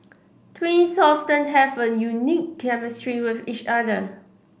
twins often have a unique chemistry with each other